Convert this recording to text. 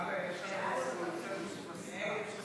ההסתייגות של חבר הכנסת איתן כבל לסעיף 3 לא נתקבלה.